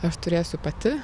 aš turėsiu pati